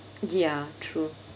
ya true